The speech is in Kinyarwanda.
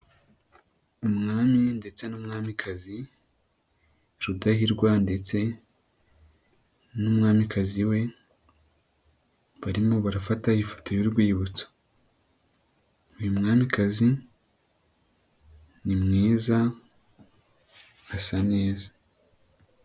Umwami ndetse n'umwamikazi, Rudahirwa ndetse n'umwamikazi we, barimo barafata ifoto y'urwibutso. Uyu mwamikazi nimwiza, asa neza.